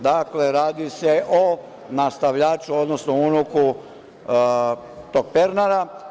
Dakle, radi se nastavljaču, odnosno unuku tog Pernara.